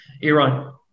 Iran